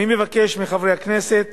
אני מבקש מחברי הכנסת